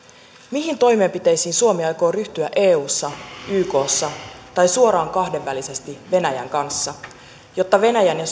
mihin toimenpiteisiin suomi aikoo ryhtyä eussa ykssa tai suoraan kahdenvälisesti venäjän kanssa jotta venäjän ja